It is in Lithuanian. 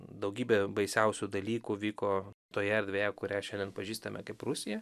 daugybė baisiausių dalykų vyko toje erdvėje kurią šiandien pažįstame kaip rusija